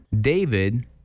David